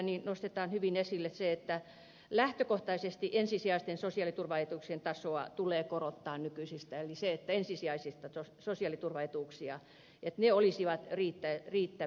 siellä nostetaan hyvin esille se että lähtökohtaisesti ensisijaisten sosiaaliturvaetuuksien tasoa tulee korottaa nykyisestä eli että ensisijaiset sosiaaliturvaetuudet olisivat riittäviä